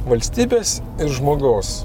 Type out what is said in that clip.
valstybės ir žmogaus